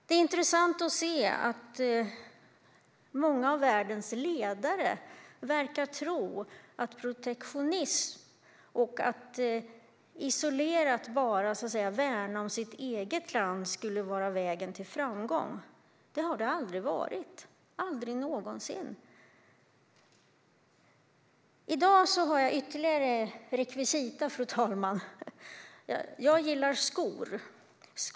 Det är intressant att se att många av världens ledare verkar tro att protektionism och att isolerat bara värna om sitt eget land skulle vara vägen till framgång. Det har det aldrig varit. Aldrig någonsin. Fru talman! I dag har jag ytterligare rekvisita. Jag gillar skor.